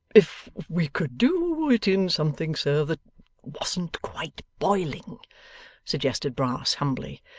if we could do it in something, sir, that wasn't quite boiling suggested brass humbly,